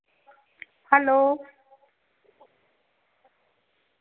hello